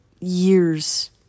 years